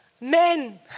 men